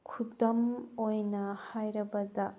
ꯈꯨꯗꯝ ꯑꯣꯏꯅ ꯍꯥꯏꯔꯕꯗ